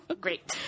Great